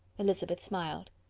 elizabeth smiled.